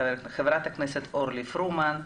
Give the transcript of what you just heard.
חברת הכנסת אורלי פרומן,